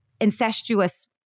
incestuous